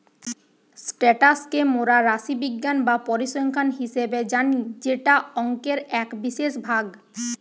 status কে মোরা রাশিবিজ্ঞান বা পরিসংখ্যান হিসেবে জানি যেটা অংকের এক বিশেষ ভাগ